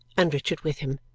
and richard with him,